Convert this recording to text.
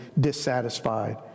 dissatisfied